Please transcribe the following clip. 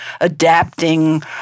adapting